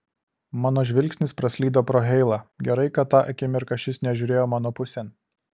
mano žvilgsnis praslydo pro heilą gerai kad tą akimirką šis nežiūrėjo mano pusėn